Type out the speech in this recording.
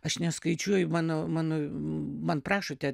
aš neskaičiuoju mano mano man prašote